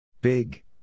Big